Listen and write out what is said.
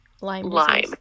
Lime